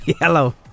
yellow